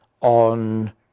on